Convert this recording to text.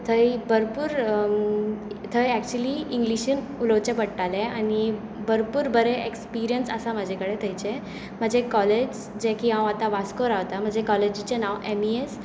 थंय भरपूर थंय ऍकच्यूली इंग्लीशिंत उलोवचें पडटालें आनी भरपूर बरें एक्सपिर्यन्स आसा म्हजे कडेन थंयचे म्हजे कॉलेज जे की हांव आतां वास्को रावतां म्हजे कॉलेजीचें नांव एम इ एस